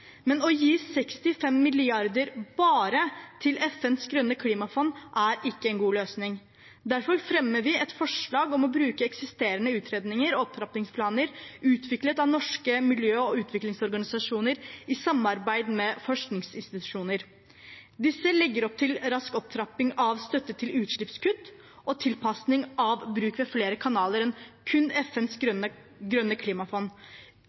men å gi 65 mrd. kr bare til FNs grønne klimafond er ikke en god løsning. Derfor fremmer vi et forslag om å bruke eksisterende utredninger og opptrappingsplaner, utviklet av norske miljø- og utviklingsorganisasjoner i samarbeid med forskningsinstitusjoner. Disse legger opp til rask opptrapping av støtte til utslippskutt og tilpasning av bruk ved flere kanaler enn kun FNs grønne klimafond.